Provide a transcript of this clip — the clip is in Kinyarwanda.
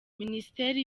minisiteri